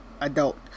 adult